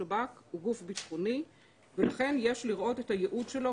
השב"כ הוא גוף ביטחוני ולכן יש לראות את הייעוד שלו,